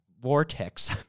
vortex